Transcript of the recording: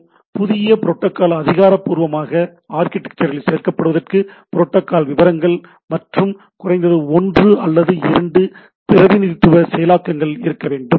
ஒரு புதிய புரோட்டோக்கால் அதிகாரப்பூர்வமாக ஆர்க்கிடெக்சர் இல் சேர்க்கப்படுவதற்கு புரோட்டோக்கால் விவரங்கள் மற்றும் குறைந்தது ஒன்று அல்லது இரண்டு பிரதிநிதித்துவ செயலாக்கங்கள் இருக்க வேண்டும்